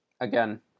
Again